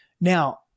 Now